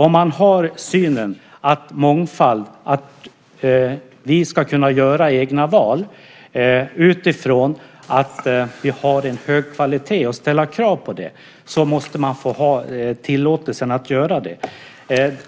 om man har synen att vi ska kunna träffa egna val utifrån att vi har hög kvalitet och ställa krav på det, måste man ha tillåtelsen att göra det.